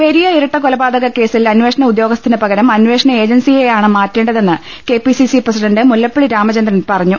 പെരിയ ഇരട്ടക്കൊലപാതക കേസിൽ അന്വേഷണ ഉദ്യോ ഗസ്ഥന് പകരം അന്വേഷണ ഏജൻസിയെയാണ് മാറ്റേണ്ടതെന്ന് K P C C president Mullappally Ramachandran പറഞ്ഞു